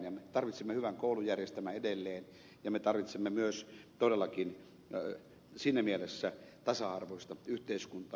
me tarvitsemme hyvän koulujärjestelmän edelleen ja me tarvitsemme myös todellakin siinä mielessä tasa arvoista yhteiskuntaa hyvinvointiyhteiskuntaa